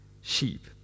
sheep